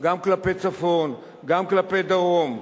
גם כלפי צפון, גם כלפי דרום,